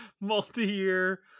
multi-year